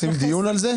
יהיה דיון על זה?